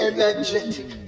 Energetic